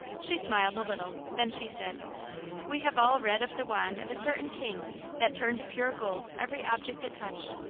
she smiled a little, then she said we have all read of the wand of a certain king that turned to pure gold every object it touched.